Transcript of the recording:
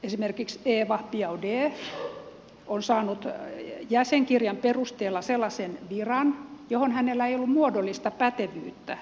esimerkiksi eva biaudet on saanut jäsenkirjan perusteella sellaisen viran johon hänellä ei ollut muodollista pätevyyttä